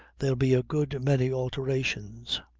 there'll be a good many alterations.